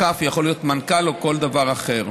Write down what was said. יכול להיות מנכ"ל או כל דבר אחר.